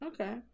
Okay